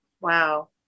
Wow